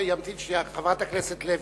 חברת הכנסת לוי,